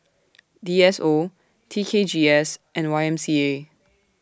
D S O T K G S and Y M C A